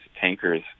tankers